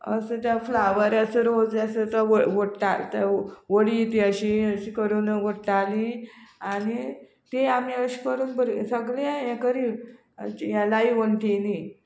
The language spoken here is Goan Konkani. अशें जें फ्लावराचो रोज आसा तो वोडटा वडी ती अशी अशी करून व्हडटाली आनी ती आमी अशे करून बरी सगळे हे करी हें लाय वन्टी न्ही